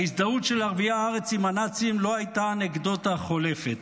ההזדהות של ערביי הארץ עם הנאצים לא הייתה אנקדוטה חולפת.